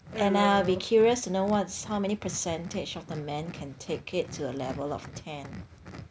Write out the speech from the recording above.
and I will be curious to know what's how many percentage of the men can take it to a level of ten